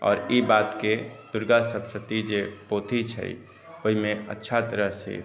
आओर ई बात के दुर्गासप्तशती जे पोथी छै ओहिमे अच्छा तरह से